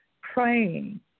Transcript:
praying